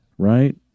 right